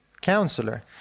counselor